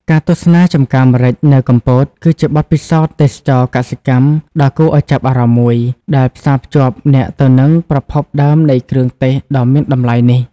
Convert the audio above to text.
ការទស្សនាចម្ការម្រេចនៅកំពត គឺជាបទពិសោធន៍ទេសចរណ៍កសិកម្មដ៏គួរឱ្យចាប់អារម្មណ៍មួយ ដែលផ្សាភ្ជាប់អ្នកទៅនឹងប្រភពដើមនៃគ្រឿងទេសដ៏មានតម្លៃនេះ ។